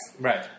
Right